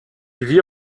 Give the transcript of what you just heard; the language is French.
vit